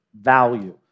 Value